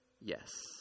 yes